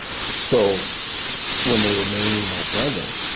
so when they were naming my brother,